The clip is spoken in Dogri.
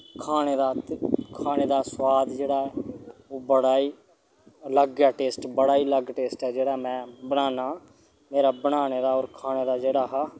खाने दा ते खाने दा सोआद जेह्ड़ा ऐ ओह् बड़ा ही अलग ऐ टेस्ट ऐ बड़ा ई अलग टेस्ट ऐ जेह्ड़ा में बनाना मेरा बनाने दा होर खाने दा जेह्ड़ा हा